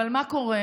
אבל מה קורה?